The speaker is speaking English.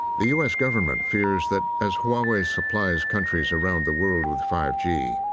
the u s. government fears that as huawei supplies countries around the world with five g,